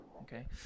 Okay